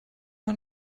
man